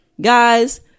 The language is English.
guys